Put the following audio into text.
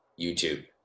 YouTube